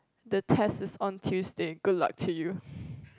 the test is on Tuesday good luck to you